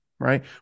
right